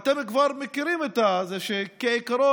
אתם כבר מכירים את זה שכעיקרון